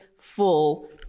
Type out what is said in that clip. full